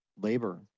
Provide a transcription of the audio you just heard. labor